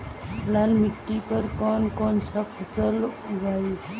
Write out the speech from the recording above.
लाल मिट्टी पर कौन कौनसा फसल उगाई?